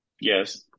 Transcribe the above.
Yes